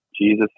Jesus